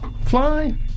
fly